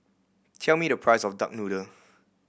tell me the price of duck noodle